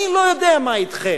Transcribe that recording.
אני לא יודע מה אתכם,